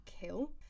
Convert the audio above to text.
kill